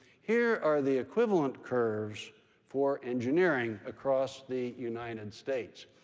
here are the equivalent curves for engineering across the united states.